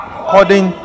according